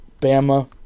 Bama